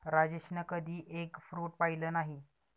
राजेशने कधी egg fruit पाहिलं नाही